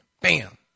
bam